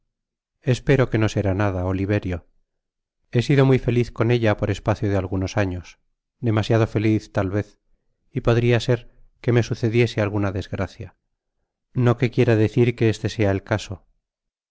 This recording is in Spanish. espero que no será nada oliverio he sido muy feliz con ella por espacio de algunos años demasiado feliz tal vez y podria ser que me sucediese alguna desgracia no que quiera decir que este sea el caso